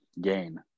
gain